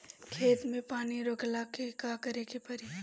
खेत मे पानी रोकेला का करे के परी?